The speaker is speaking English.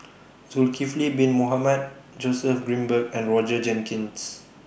Zulkifli Bin Mohamed Joseph Grimberg and Roger Jenkins